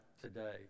today